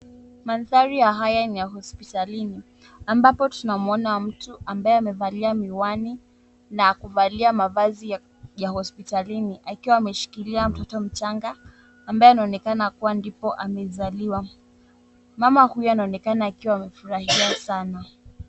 Mandhari ya haya ni ya hospitalini ambapo tunamuona mtu ambaye amevalia miwani na kuvalia mavazi ya hospitalini akiwa ameshikilia mtoto mchanga ambaye anaonekana kuwa ndipo amezaliwa. Mama huyo anaonekana akiwa amefurahia sana.